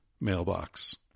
mailbox